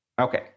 okay